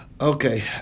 Okay